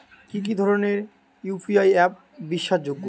কি কি ধরনের ইউ.পি.আই অ্যাপ বিশ্বাসযোগ্য?